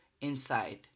inside